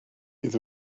bydd